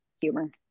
humor